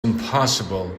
impossible